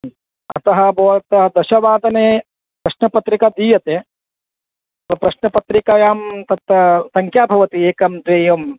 अतः भवतः दशवादने प्रश्नपत्रिका दीयते प्रश्नपत्रिकायां तत् सङ्ख्या भवति एकं द्वयम्